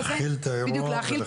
להכיל את האירוע.